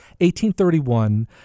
1831